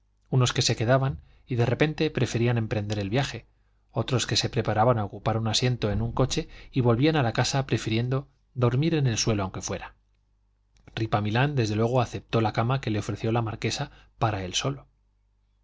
unos que se quedaban y de repente preferían emprender el viaje otros que se preparaban a ocupar un asiento en un coche y volvían a la casa prefiriendo dormir en el suelo aunque fuera ripamilán desde luego aceptó la cama que le ofreció la marquesa para él solo